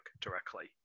directly